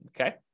Okay